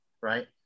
right